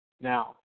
Now